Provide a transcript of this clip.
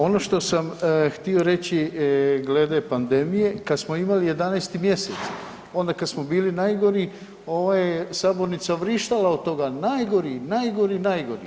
Ono što sam htio reći glede pandemije, kad smo imali 11. mjesec onda kad smo bili najgori ova je sabornica vrištala od toga najgori, najgori, najgori.